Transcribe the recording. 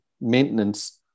maintenance